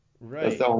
Right